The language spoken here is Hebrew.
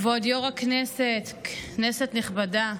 כבוד יושב-ראש הכנסת, כנסת נכבדה,